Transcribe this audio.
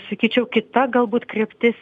sakyčiau kita galbūt kryptis